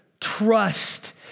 trust